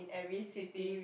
each city